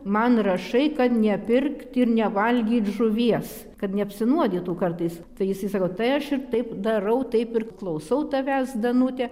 man rašai kad nepirkt ir nevalgyt žuvies kad neapsinuodytų kartais tai jisai sako tai aš ir taip darau taip ir klausau tavęs danute